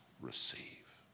receive